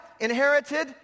inherited